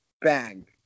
Bang